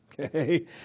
okay